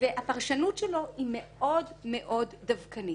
והפרשנות שלו היא מאוד-מאוד דווקאנית.